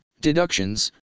deductions